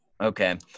Okay